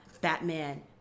Batman